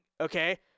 okay